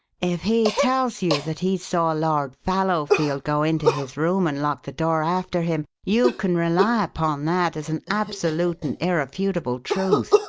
if he tells you that he saw lord fallowfield go into his room and lock the door after him, you can rely upon that as an absolute and irrefutable truth.